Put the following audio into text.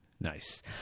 Nice